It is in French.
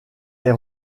est